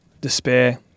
despair